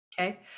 Okay